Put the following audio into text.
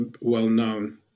well-known